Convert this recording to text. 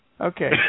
Okay